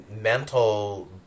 mental